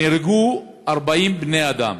נהרגו 40 בני-אדם,